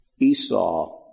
Esau